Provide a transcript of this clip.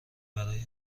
برای